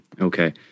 Okay